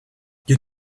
you